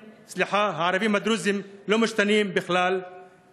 והערבים הדרוזים לא משתנים בכלל,